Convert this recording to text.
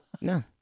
no